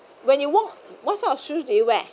when you walked what sort of shoes do you wear